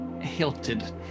hilted